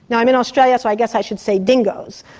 yeah i'm in australia, so i guess i should say dingoes!